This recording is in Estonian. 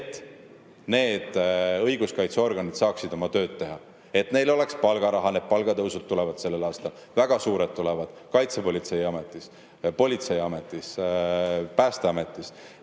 et need õiguskaitseorganid saaksid oma tööd teha, et neil oleks palgaraha. Need palgatõusud tulevad sel aastal, väga suured tulevad Kaitsepolitseiametis, politseiametis, Päästeametis.